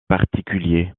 particuliers